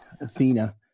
Athena